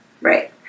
Right